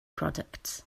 products